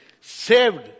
saved